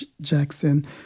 Jackson